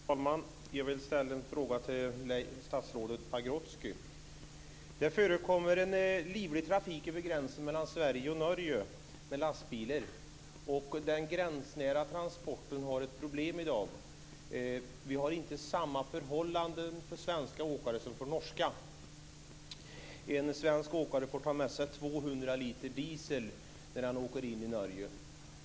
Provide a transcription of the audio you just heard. Fru talman! Jag vill ställa en fråga till statsrådet Det förekommer en livlig trafik med lastbilar över gränsen mellan Sverige och Norge. Den gränsnära transporten har ett problem i dag. De svenska åkarna har inte samma förhållanden som de norska. En svensk åkare får ta med sig 200 liter diesel när han åker in i Norge.